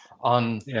on